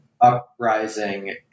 uprising